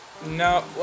No